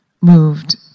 moved